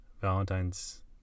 Valentine's